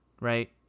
right